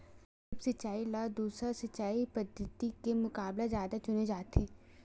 द्रप्स सिंचाई ला दूसर सिंचाई पद्धिति के मुकाबला जादा चुने जाथे